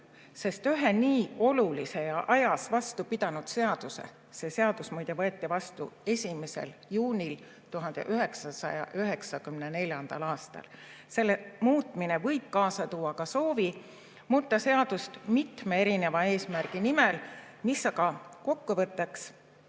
sest ühe nii olulise ja ajas vastu pidanud seaduse – seadus võeti vastu 1. juunil 1994. aastal – muutmine võib kaasa tuua ka soovi muuta seadust mitme eri eesmärgi nimel, mis aga kokku võttes